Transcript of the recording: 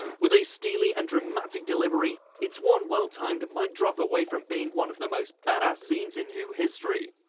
with a steely and dramatic delivery, it's one well-timed mic-drop away from being one of the most badass scenes in who history.